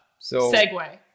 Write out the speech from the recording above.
segue